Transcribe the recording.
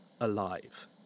alive